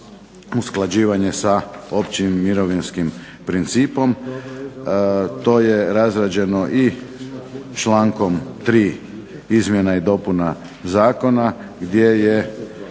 usklađivanje sa općim mirovinskim principom. To je razrađeno i člankom 3. Izmjena i dopuna Zakona gdje je